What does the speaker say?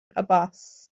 abbas